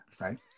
Right